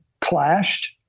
clashed